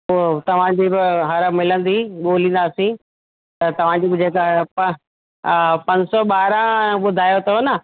पोइ तव्हांजी बि हड़ मिलंदी ॻोल्हीदासीं त तव्हांजी वज़ह सां प हा पंज सौ ॿारहं ॿुधायो अथव न